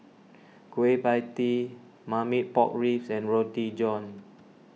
Kueh Pie Tee Marmite Pork Ribs and Roti John